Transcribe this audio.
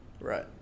Right